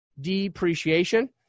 depreciation